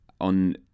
On